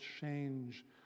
change